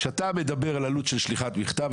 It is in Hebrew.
כשאתה מדבר על עלות של שליחת מכתב,